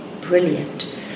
brilliant